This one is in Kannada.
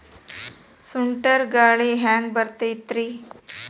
ಸುಂಟರ್ ಗಾಳಿ ಹ್ಯಾಂಗ್ ಬರ್ತೈತ್ರಿ?